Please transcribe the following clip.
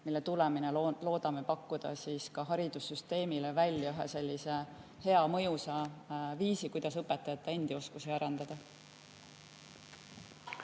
mille tulemusel loodame pakkuda haridussüsteemile välja ühe hea mõjusa viisi, kuidas õpetajate oskusi arendada.